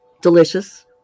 Delicious